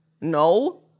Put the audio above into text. No